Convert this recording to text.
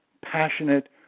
passionate